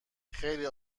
خیلی